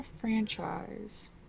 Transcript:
franchise